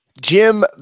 Jim